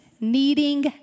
needing